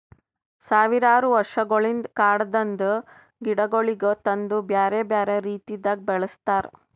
ಸಾವಿರಾರು ವರ್ಷಗೊಳಿಂದ್ ಕಾಡದಾಂದ್ ಗಿಡಗೊಳಿಗ್ ತಂದು ಬ್ಯಾರೆ ಬ್ಯಾರೆ ರೀತಿದಾಗ್ ಬೆಳಸ್ತಾರ್